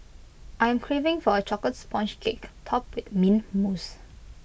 I am craving for A Chocolate Sponge Cake Topped with Mint Mousse